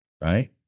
right